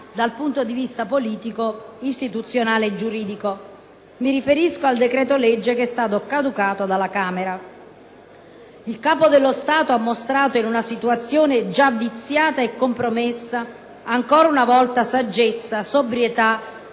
dal punto di vista politico, istituzionale e giuridico. Mi riferisco al decreto-legge che è stato caducato dalla Camera. Il Capo dello Stato ha mostrato in una situazione già viziata e compromessa, ancora una volta saggezza, sobrietà,